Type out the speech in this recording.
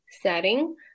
setting